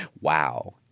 wow